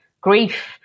grief